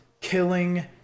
killing